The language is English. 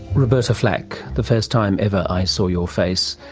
roberta flack, the first time ever i saw your face.